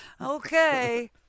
Okay